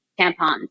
tampons